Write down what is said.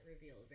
reveal